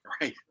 Right